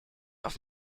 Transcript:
auf